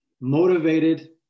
Motivated